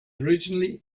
originally